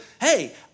Hey